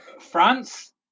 France